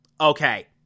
Okay